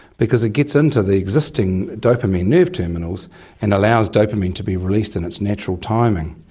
because it gets into the existing dopamine nerve terminals and allows dopamine to be released in its natural timing.